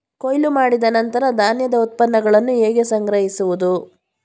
ಕೊಯ್ಲು ಮಾಡಿದ ನಂತರ ಧಾನ್ಯದ ಉತ್ಪನ್ನಗಳನ್ನು ಹೇಗೆ ಸಂಗ್ರಹಿಸುವುದು?